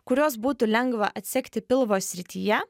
kuriuos būtų lengva atsegti pilvo srityje